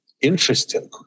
interesting